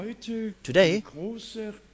Today